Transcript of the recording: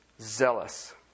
zealous